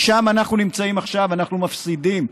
שם אנחנו נמצאים עכשיו: אנחנו מפסידים,